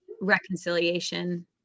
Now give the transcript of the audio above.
reconciliation